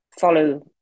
follow